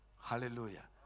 hallelujah